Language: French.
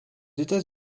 états